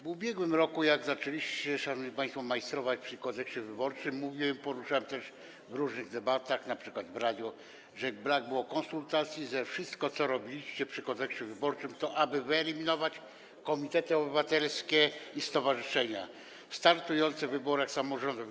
W ubiegłym roku, jak zaczęliście, szanowni państwo, majstrować przy Kodeksie wyborczym, mówiłem, poruszałem ten temat w różnych debatach, np. w radiu, że nie było konsultacji, że wszystko, co robiliście przy Kodeksie wyborczym, było po to, aby wyeliminować komitety obywatelskie i stowarzyszenia startujące w wyborach samorządowych.